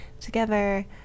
together